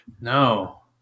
No